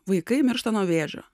vaikai miršta nuo vėžio